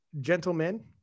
gentlemen